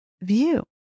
view